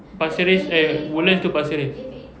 pasir ris eh woodlands to pasir ris